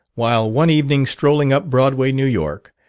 while one evening strolling up broadway, new york,